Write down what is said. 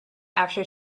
after